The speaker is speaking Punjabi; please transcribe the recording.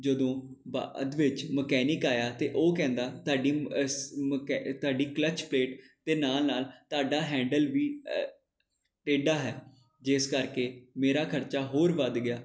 ਜਦੋਂ ਬਾਅਦ ਵਿੱਚ ਮਕੈਨਿਕ ਆਇਆ ਤਾਂ ਉਹ ਕਹਿੰਦਾ ਤੁਹਾਡੀ ਸ ਮਕੈ ਤੁਹਾਡੀ ਕਲੱਚ ਪਲੇਟ ਅਤੇ ਨਾਲ ਨਾਲ ਤੁਹਾਡਾ ਹੈਂਡਲ ਵੀ ਟੇਡਾ ਹੈ ਜਿਸ ਕਰਕੇ ਮੇਰਾ ਖਰਚਾ ਹੋਰ ਵੱਧ ਗਿਆ